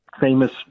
famous